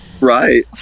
Right